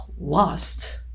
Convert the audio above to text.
lost